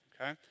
okay